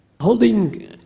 Holding